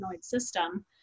system